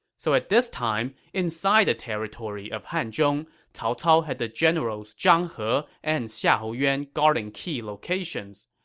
so at this time, inside the territory of hanzhong, cao cao had the generals zhang he and xiahou yuan guarding key locations.